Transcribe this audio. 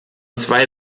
zwei